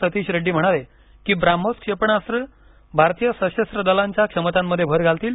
सतीश रेड्डी म्हणाले की ब्राह्मोस क्षेपणास्त्रे भारतीय सशस्त्र दलांच्या क्षमतांमध्ये भर घालतील